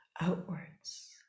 outwards